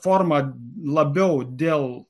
formą labiau dėl